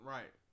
Right